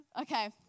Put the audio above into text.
Okay